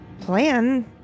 plan